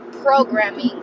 programming